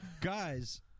Guys